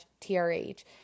trh